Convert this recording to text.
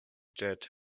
jet